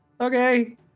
Okay